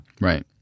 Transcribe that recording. Right